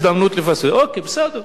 אוקיי, בסדר.